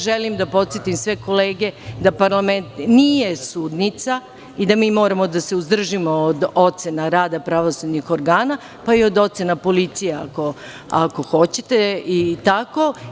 Želim da podsetim sve kolege da parlament nije sudnica i da mi moramo da se suzdržimo od ocena rada pravosudnih organa, pa i od ocena policije, ako hoćete i tako.